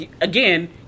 Again